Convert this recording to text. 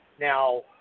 Now